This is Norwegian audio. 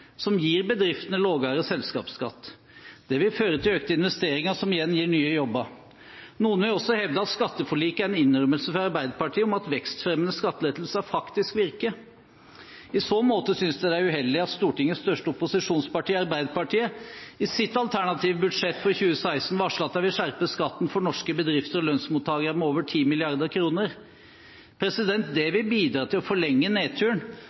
som gir bedriftene lavere selskapsskatt. Det vil føre til økte investeringer, som igjen gir ny jobber. Noen vil også hevde at skatteforliket er en innrømmelse fra Arbeiderpartiet av at vekstfremmende skattelettelser faktisk virker. I så måte synes jeg det er uheldig at Stortingets største opposisjonsparti, Arbeiderpartiet, i sitt alternative budsjett for 2016 varslet at de vil skjerpe skatten for norske bedrifter og lønnsmottakere med over 10 mrd. kr. Det vil bidra til å forlenge nedturen